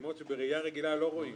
מקסימות שבראיה רגילה לא רואים,